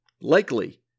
likely